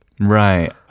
Right